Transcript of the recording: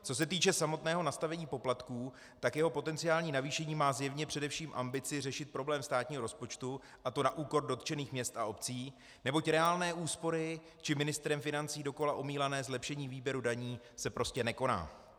Co se týče samotného nastavení poplatků, jeho potenciální navýšení má zjevně především ambici řešit problém státního rozpočtu, a to na úkor dotčených měst a obcí, neboť reálné úspory či ministrem financí dokola omílané zlepšení výběru daní se prostě nekoná.